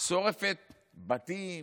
אלא שורפת בתים,